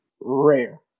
Rare